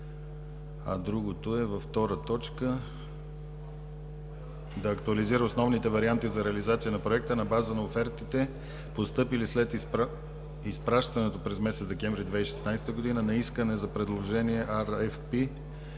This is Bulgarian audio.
Другото е във втора точка „да актуализира основните варианти за реализация на Проекта на база на офертите, постъпили след изпращането през месец декември 2016 г. на искане за предложение RFP,